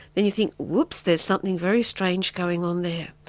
and you think, whoops, there's something very strange going on there.